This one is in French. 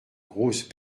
grosse